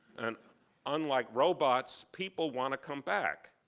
and unlike robots, people want to come back.